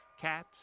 cats